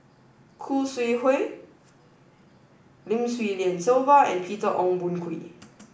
Khoo Sui Hoe Lim Swee Lian Sylvia and Peter Ong Boon Kwee